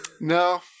No